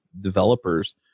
developers